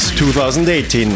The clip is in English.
2018